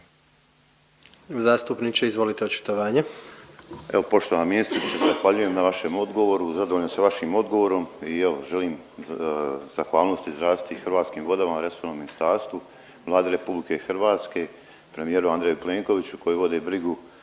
Zastupniče, izvolite očitovanje.